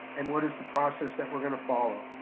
and what is the process that we're gonna follow?